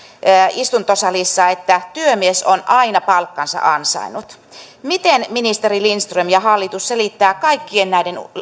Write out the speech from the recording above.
istuntosalissa että työmies on aina palkkansa ansainnut miten ministeri lindström ja hallitus selittävät kaikkien näiden